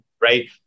right